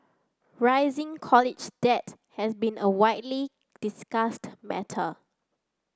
rising college debt has been a widely discussed matter